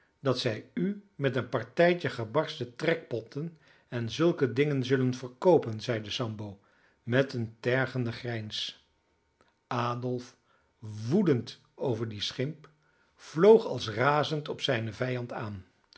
dat zij u met een partijtje gebarsten trekpotten en zulke dingen zullen verkoopen zeide sambo met een tergende grijns adolf woedend over dien schimp vloog als razend op zijnen vijand aan